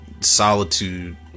solitude